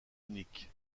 unique